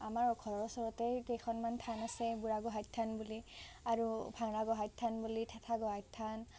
আমাৰ ঘৰৰ ওচৰতেই কেইখনমান থান আছে বুঢ়া গোঁসাইৰ থান বুলি আৰু ভাওনা গোঁসাইৰ থান থেথা গোঁসাইৰ থান